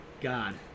God